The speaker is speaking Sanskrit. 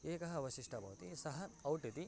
एकः अवशिष्टः भवति सः औट् इति